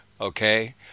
Okay